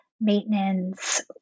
maintenance